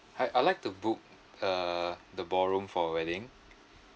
hi I would like to book uh the ballroom for a wedding